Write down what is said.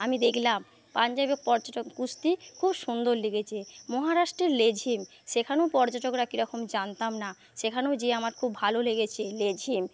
আমি দেখলাম পাঞ্জাবে পর্যটক কুস্তি খুব সুন্দর লেগেছে মহারাষ্ট্রের লেঝিম সেখানেও পর্যটকরা কীরকম জানতাম না সেখানেও যেয়ে আমার খুব ভালো লেগেছে লেঝিম